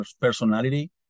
personality